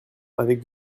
avec